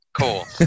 Cool